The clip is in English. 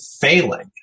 failing